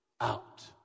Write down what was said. out